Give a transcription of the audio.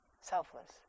selfless